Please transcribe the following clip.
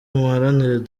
muharanire